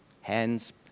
hands